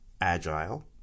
agile